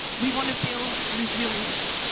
we want to build resilience.